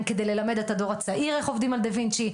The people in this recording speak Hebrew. כדי ללמד את הדור הצעיר איך עובדים על דה וינצ'י,